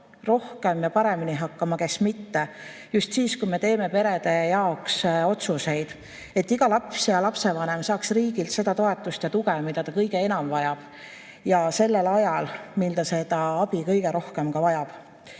rohkem ja paremini hakkama, kes mitte, just siis, kui me teeme perede jaoks otsuseid. Nii et iga laps ja lapsevanem saaks riigilt seda toetust ja tuge, mida ta kõige enam vajab, ja sellel ajal, mil ta seda abi kõige rohkem vajab.